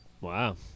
Wow